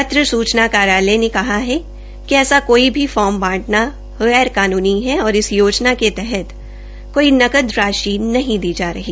पत्रसूचना कार्यालय ने कहा कि ऐसा कोई भी फार्म बांटना गैर कानूनी है और इस योजना के तहत कोई नकद राशि नहीं दी जा रही